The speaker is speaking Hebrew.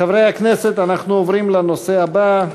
חברי הכנסת, אנחנו עוברים לנושא הבא,